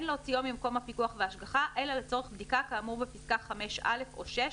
ממקום הפיקוח וההשגחה אלא לצורך בדיקה כאמור בפסקה (5)(א) או 6,